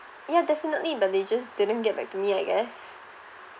ya definitely but they just didn't get back to me I guess